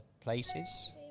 places